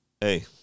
hey